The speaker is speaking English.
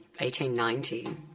1890